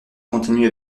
continue